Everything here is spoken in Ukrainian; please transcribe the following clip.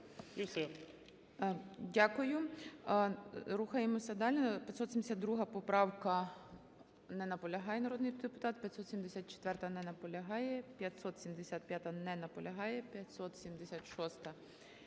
Дякую. Рухаємося далі. 572 поправка. Не наполягає народний депутат. 574-а. Не наполягає. 575-а. Не наполягає. 567-а.